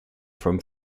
from